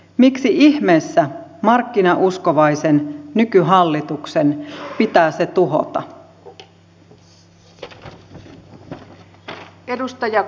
miksi ihmeessä markkinauskovaisen nykyhallituksen pitää se tuhota